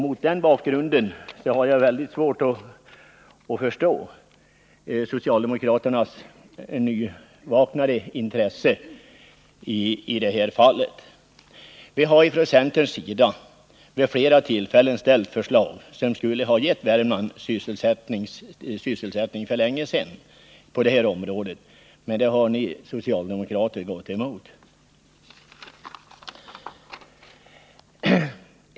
Mot den bakgrunden har jag svårt att förstå socialdemokraternas nyvaknade intresse i det här fallet. Från centerns sida har vid flera tillfällen ställts förslag som för länge sedan skulle ha kunnat ge Värmland sysselsättning på det här området, men de förslagen har ni socialdemokrater gått emot.